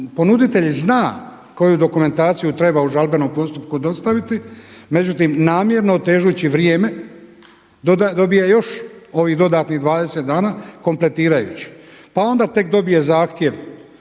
ponuditelj zna koju dokumentaciju treba u žalbenom postupku dostaviti međutim namjerno otežući vrijeme dobija još ovih dodatnih 20 dana kompletirajući, pa onda tek dobije zahtjev